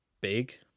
big